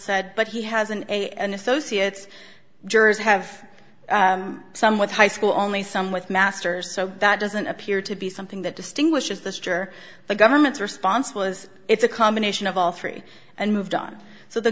said but he has an a an associate's jurors have somewhat high school only some with masters so that doesn't appear to be something that distinguishes this juror the government's response was it's a combination of all three and moved on so the